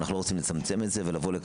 ואני בהקשר הזה נותן את הסמכתי אליו.